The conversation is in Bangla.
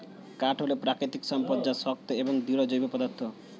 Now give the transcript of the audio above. কাঠ হল প্রাকৃতিক সম্পদ যা শক্ত এবং দৃঢ় জৈব পদার্থ